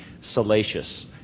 salacious